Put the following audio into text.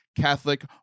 Catholic